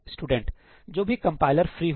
student जो भी compiler free हो